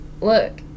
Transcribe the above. look